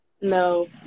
No